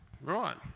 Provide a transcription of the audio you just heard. Right